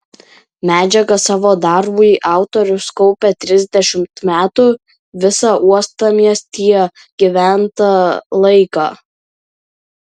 medžiagą savo darbui autorius kaupė trisdešimt metų visą uostamiestyje gyventą laiką